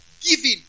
Giving